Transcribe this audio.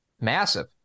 Massive